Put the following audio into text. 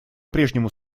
прежнему